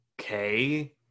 okay